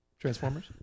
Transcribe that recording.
Transformers